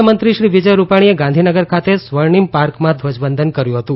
મુખ્યમંત્રી શ્રી વિજય રૂપાણીએ ગાંધીનગર ખાતે સ્વર્ણિમ પાર્કમાં ધ્વજવંદન કર્યું હતું